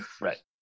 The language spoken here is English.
Right